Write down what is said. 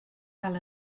fel